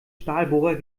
stahlbohrer